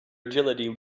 agility